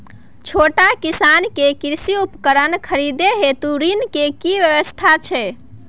छोट किसान के कृषि उपकरण खरीदय हेतु ऋण के की व्यवस्था छै?